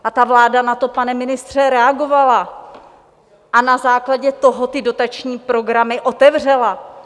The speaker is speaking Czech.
A ta vláda na to, pane ministře, reagovala a na základě toho ty dotační programy otevřela.